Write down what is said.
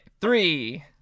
Three